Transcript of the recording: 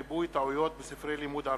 ריבוי טעויות בספרי לימוד ערביים,